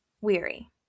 weary